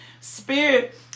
spirit